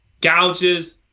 gouges